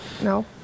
no